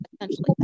essentially